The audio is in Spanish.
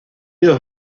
dos